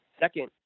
second